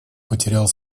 потерял